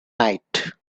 night